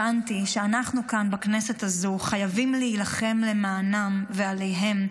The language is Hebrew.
הבנתי שאנחנו כאן בכנסת הזו חייבים להילחם למענם ועליהם,